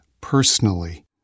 personally